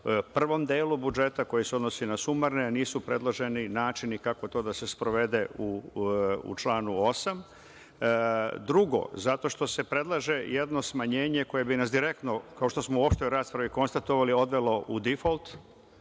prvom delu budžeta koji se odnosi na sumarne, a nisu predloženi načini kako to da se sprovede u članu 8.Drugo, zato što se predlaže jedno smanjenje koje bi nas direktno, kao što smo uopšte u raspravi konstatovali, odvelo u difolt.